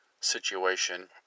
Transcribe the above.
situation